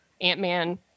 Ant-Man